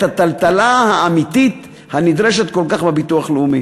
הטלטלה האמיתית הנדרשת כל כך בביטוח הלאומי.